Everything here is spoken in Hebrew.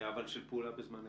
אבל של פעולה בזמן אמת.